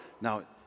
Now